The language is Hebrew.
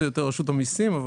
זה יותר רשות המיסים.